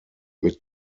mit